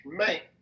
man